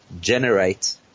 generate